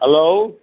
hello